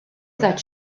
taċ